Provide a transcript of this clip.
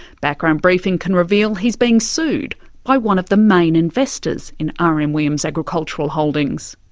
background briefing can reveal he's being sued by one of the main investors in r. m. williams agricultural holdings.